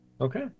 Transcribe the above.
Okay